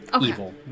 evil